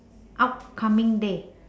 upcoming day